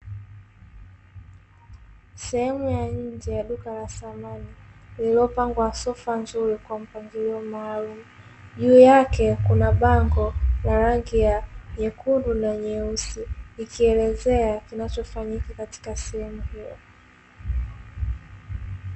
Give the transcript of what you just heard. Sehemu ya nje ya duka la samani lililopangwa sofa nzuri kwa mpangilio maalumu, juu yake kuna bango na rangi la nyekundu na nyeusi ikielezea kinachofanyika katika sehemu hiyo.